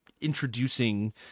introducing